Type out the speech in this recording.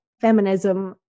feminism